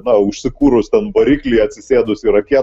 na užsikūrus ten variklį atsisėdusį raketą